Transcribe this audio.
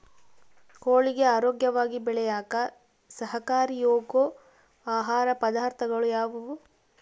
ಕೋಳಿಗೆ ಆರೋಗ್ಯವಾಗಿ ಬೆಳೆಯಾಕ ಸಹಕಾರಿಯಾಗೋ ಆಹಾರ ಪದಾರ್ಥಗಳು ಯಾವುವು?